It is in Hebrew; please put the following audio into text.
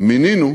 מינינו